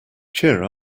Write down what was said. cheer